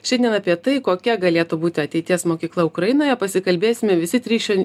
šiandien apie tai kokia galėtų būti ateities mokykla ukrainoje pasikalbėsime visi trys šian